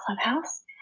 Clubhouse